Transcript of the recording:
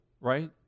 right